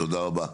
תודה רבה.